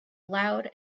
loud